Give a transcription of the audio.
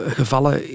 gevallen